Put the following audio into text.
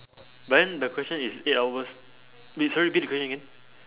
but then the question is eight hours wait sorry repeat the question again